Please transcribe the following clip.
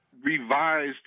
Revised